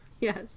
yes